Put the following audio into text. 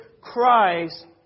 Christ